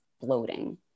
bloating